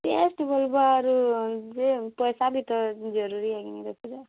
test ଭଲ୍ ବ ଆରୁ ଯେ ପଏସାବି ତ ଜରୁରୀ ଦେଖୁଛ